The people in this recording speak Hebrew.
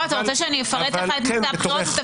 רוצה שאפרט לך את מצע הבחירות?